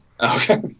Okay